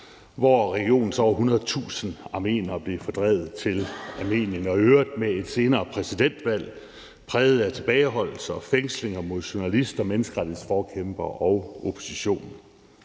hvor regionens over 100.000 armeniere blev fordrevet til Armenien; i øvrigt med et senere præsidentvalg præget af tilbageholdelser og fængslinger af journalister, menneskerettighedsforkæmpere og opposition.